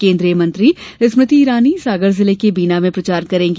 केंद्रीय मंत्री स्मृति इरानी सागर जिले के बीना में प्रचार करेंगी